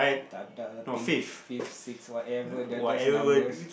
the the fifth sixth whatever they are just numbers